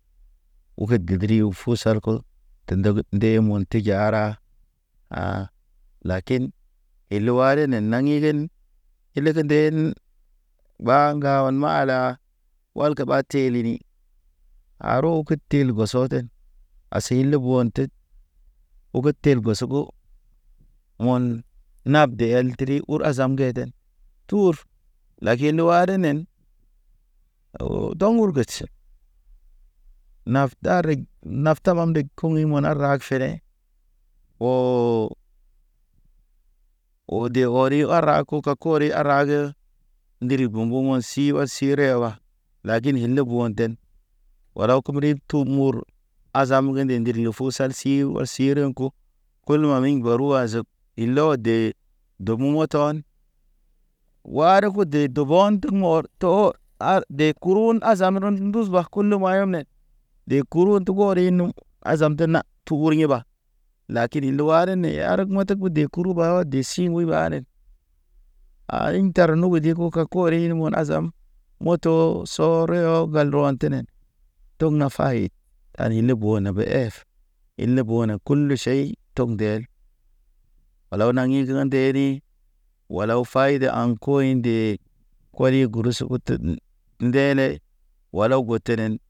Uked debri yo fu sal kol te ndəgə nde mun tə jaara, ha̰ lakin, ili wari ne naŋgigen. Ile ke ndeden ɓa ŋgawun maala walkə ɓa telini. Haro ke til gɔsɔten asi le ɓo ḛtet, ogo tel boso go, wɔn. Nab de eldri ur azam ŋgeden, tur lakin wadenen tɔŋgur getʃe, naf tarek. Nafta mambek kuŋ i muna rag fene oo de ɔri ɓa ra kokori a rage. Ndiri buŋgug wen si wad si rewa, lagin hile ɓo ḛten. Walaw komrid tu mur, azam ge nde ndir le fu sal si u si renko. Kulu mamig baru azek, ilɔ de domu mɔtɔn. War fu de dobon te mɔr to ar de ku. Kurun a zamaron nduz ba kulum ma yɔ ne, de kurun te kɔri num. Azam nde na, tu uriɲe ɓa. Lakin lo ar ne ye ar meteg ɓu de kuru ba ɓa de si muy ɓanen. A yin tar nu ge de ko kakorin munazam. Moto so riyo gal rwantenen togna fay, an hile bo na be ef, hile bo na kulu ʃei, tɔg ndeel. Walaw nagi ŋgiŋga nderi, walaw fayde aŋ koy ndee. Kɔli gurusu utun ndele walaw gotenen.